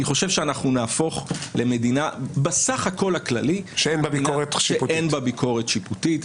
אני חושב שנהפוך למדינה בסך הכול הכללי --- שאין בה ביקורת שיפוטית.